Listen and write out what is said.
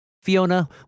Fiona